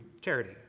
charity